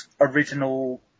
original